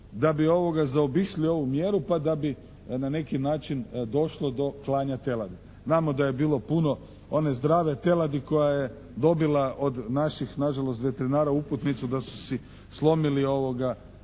da bi zaobišli ovu mjeru pa da bi na neki način došlo do klanja teladi. Znamo da je bilo puno one zdrave teladi koja je dobila od naših nažalost veterinara uputnicu da su si slomili da